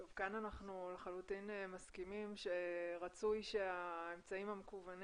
כאן אנחנו לחלוטין מסכימים שרצוי שהאמצעים המקוונים